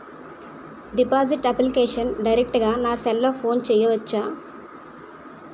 Deposit application direct గా నా cell ఫోన్లో చెయ్యచా?